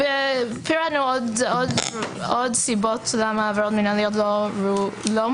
פרטנו עוד סיבות למה עבירות מנהליות לא מתאימות